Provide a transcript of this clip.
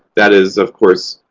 that is, of course,